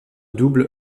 double